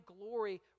glory